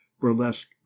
burlesque